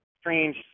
strange